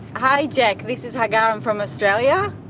hi jack, this is hagar, i'm from australia.